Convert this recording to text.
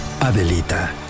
Adelita